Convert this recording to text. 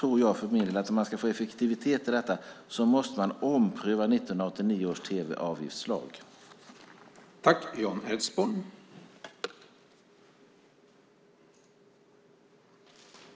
Om det ska bli effektivitet i detta måste 1989 års tv-avgiftslag omprövas.